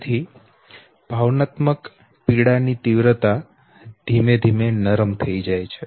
તેથી ભાવનાત્મક પીડા ની તીવ્રતા ધીમે ધીમે નરમ થઈ જાય છે